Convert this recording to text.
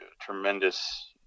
tremendous